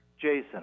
Jason